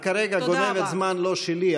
את כרגע גונבת זמן לא שלי.